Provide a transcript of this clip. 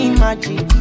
magic